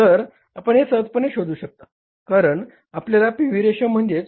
तर आपण हे सहजपणे शोधू शकता कारण आपल्या पी व्ही रेशो म्हणजेच प्रॉफिट टू व्हॉल्युम रेशो किती आहे हे माहित आहे